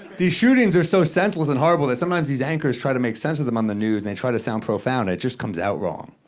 these shootings are so senseless and horrible that sometimes these anchors try to make sense of them on the news and they try to sound profound. it just comes out wrong.